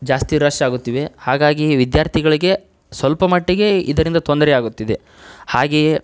ಜಾಸ್ತಿ ರಶ್ಶಾಗುತ್ತಿವೆ ಹಾಗಾಗಿ ವಿದ್ಯಾರ್ಥಿಗಳಿಗೆ ಸ್ವಲ್ಪ ಮಟ್ಟಿಗೆ ಇದರಿಂದ ತೊಂದರೆಯಾಗುತ್ತಿದೆ ಹಾಗೆಯೇ